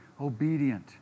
obedient